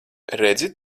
redzi